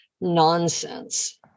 nonsense